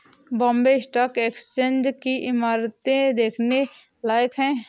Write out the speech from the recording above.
Bombay stock exchange की इमारत देखने लायक है